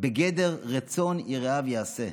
בגדר "רצון יראיו יעשה"